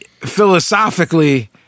philosophically